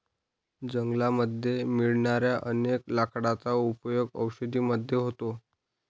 जंगलामध्ये मिळणाऱ्या अनेक लाकडांचा उपयोग औषधी मध्ये होतो